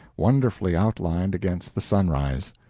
wonderfully outlined against the sunrise.